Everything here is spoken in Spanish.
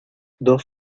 dos